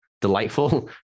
delightful